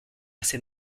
assez